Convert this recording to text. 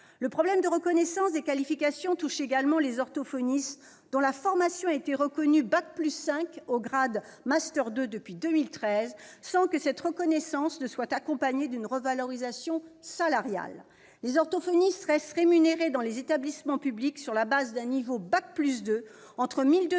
Ce problème de reconnaissance des qualifications touche également les orthophonistes, dont la formation a été reconnue bac+5 au grade master 2 depuis 2013 sans que cette reconnaissance se soit accompagnée d'une revalorisation salariale. Les orthophonistes restent rémunérés, dans les établissements publics, sur la base d'un niveau bac+2, entre 1 200